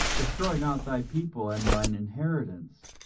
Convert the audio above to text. destroy not thy people and thine inheritance,